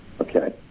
Okay